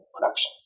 production